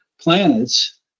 planets